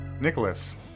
Nicholas